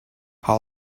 how